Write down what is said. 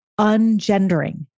ungendering